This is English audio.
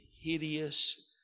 hideous